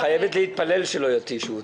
את חייבת להתפלל שלא יתישו אותי...